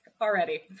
already